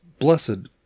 -blessed